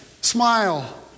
smile